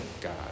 God